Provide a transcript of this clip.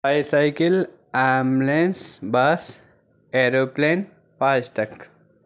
bicycle ambulance bus aeroplane voice tech